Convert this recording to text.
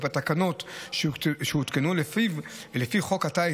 ובתקנות שהותקנו לפיו ולפי חוק הטיס,